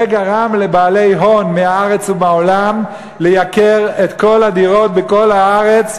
זה גרם לבעלי הון מהארץ ומהעולם לייקר את כל הדירות בכל הארץ,